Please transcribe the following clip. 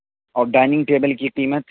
اور dining table کی قیمت